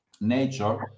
nature